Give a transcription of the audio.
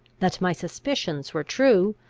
that my suspicions were true,